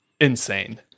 insane